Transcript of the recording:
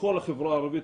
בכל החברה הערבית,